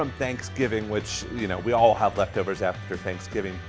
from thanksgiving which you know we all have leftovers after thanksgiving